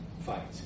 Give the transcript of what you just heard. fight